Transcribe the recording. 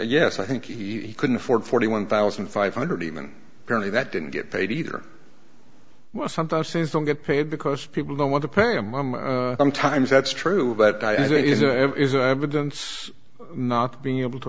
yes i think he couldn't afford forty one thousand five hundred even apparently that didn't get paid either well sometimes things don't get paid because people don't want to pay a month sometimes that's true but i think evidence not being able to